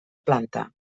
planta